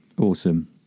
awesome